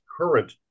current